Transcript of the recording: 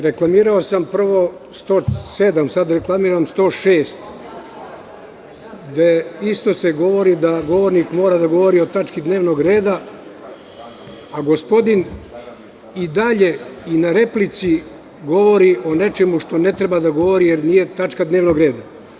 Reklamirao sam prvo član 107, sad reklamiram član 106. gde se isto govori da govornik mora da govori o tački dnevnog reda, a gospodin i dalje na replici govori o nečemu što ne treba da govori jer nije tačka dnevnog reda.